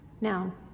Now